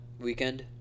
weekend